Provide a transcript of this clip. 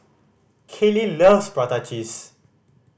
Kaelyn loves prata cheese